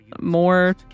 more